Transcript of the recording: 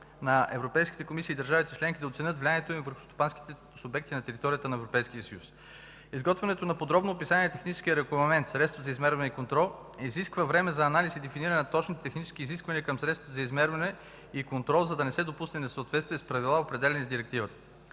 на Европейската комисия и държавите членки да оценят влиянието им върху стопанските субекти на територията на Европейския съюз. Изготвянето на подобно описание на техническия регламент „Средства за измерване и контрол”, изисква време за анализ и дефиниране на точните технически изисквания към средствата за измерване и контрол, за да не се допусне несъответствие с правилата, определящи Директивата.